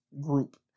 group